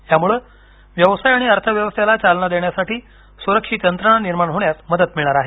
यामुळे व्यवसाय आणि अर्थव्यवस्थेला चालना देण्यासाठी स्रक्षित यंत्रणा निर्माण होण्यास मदत मिळणार आहे